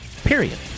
Period